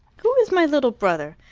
who is my little brother?